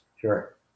Sure